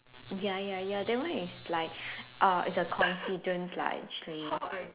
ya ya ya that one is like uh it's a coincidence lah actually